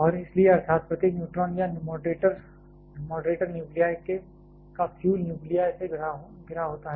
और इसलिए अर्थात प्रत्येक न्यूट्रॉन या तो मॉडरेटर न्यूक्लीय या फ्यूल न्यूक्लीय से घिरा होता है